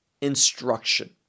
instruction